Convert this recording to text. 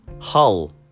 Hull